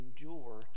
endure